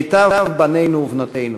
מיטב בנינו ובנותינו.